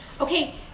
okay